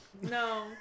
No